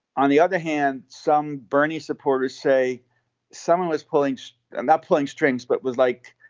on the other hand, some bernie supporters say someone was pulling and pulling strings, but was like,